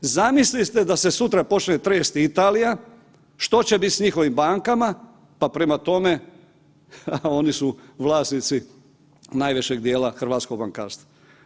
Zamislite da se sutra počne tresti Italija, što će bit s njihovim bankama, pa prema tome oni su vlasnici najvećeg dijela hrvatskog bankarstva.